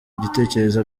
igitekerezo